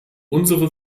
unsere